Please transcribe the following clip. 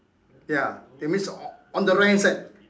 ya that means on the right hand side